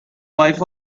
wife